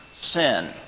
sin